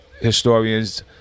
historians